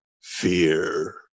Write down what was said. fear